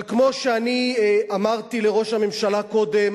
אבל כמו שאני אמרתי לראש הממשלה קודם,